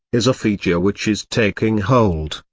is a feature which is taking hold,